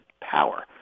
power